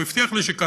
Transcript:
והוא הבטיח לי שכאשר